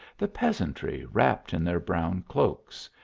the peasantry wrapped in their brown cloaks,